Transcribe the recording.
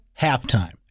halftime